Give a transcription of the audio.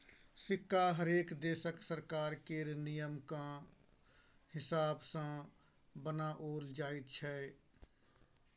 सिक्का हरेक देशक सरकार केर नियमकेँ हिसाब सँ बनाओल जाइत छै